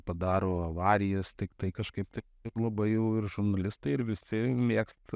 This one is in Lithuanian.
padaro avarijas tiktai kažkaip tai labai jau ir žurnalistai ir visi mėgsta